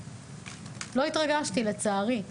לצערי.